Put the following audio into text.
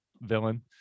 villain